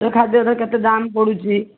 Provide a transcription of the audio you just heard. ସେ ଖାଦ୍ୟର କେତେ ଦାମ୍ ପଡ଼ୁଛି